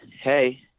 hey